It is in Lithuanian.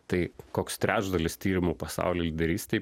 tai koks trečdalis tyrimų pasauly lyderystėj